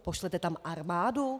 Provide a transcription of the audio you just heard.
Pošlete tam armádu?